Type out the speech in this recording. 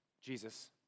Jesus